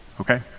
Okay